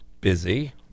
Busy